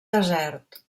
desert